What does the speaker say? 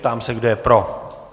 Ptám se, kdo je pro.